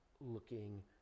looking